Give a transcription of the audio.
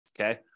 Okay